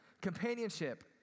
companionship